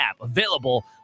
available